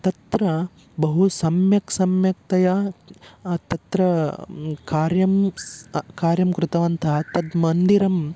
तत्र बहु सम्यक् सम्यक्तया तत्र कार्यं कार्यं कृतवन्तः तद् मन्दिरम्